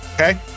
Okay